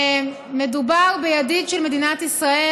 מדובר בידיד של מדינת ישראל,